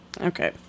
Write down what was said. okay